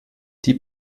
die